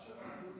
14 דקות